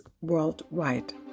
worldwide